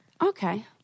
Okay